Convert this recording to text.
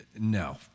No